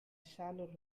shallow